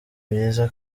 byiza